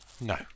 No